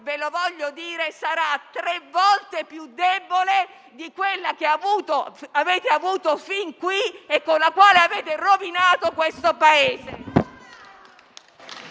maggioranza, questa sarà tre volte più debole di quella che avete avuto fin qui e con la quale avete rovinato il Paese.